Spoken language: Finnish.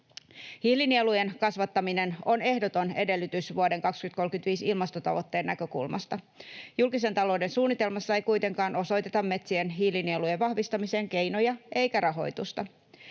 Hiilinielujen kasvattaminen on ehdoton edellytys vuoden 2035 ilmastotavoitteen näkökulmasta. Julkisen talouden suunnitelmassa ei kuitenkaan osoiteta metsien hiilinielujen vahvistamiseen keinoja eikä rahoitusta.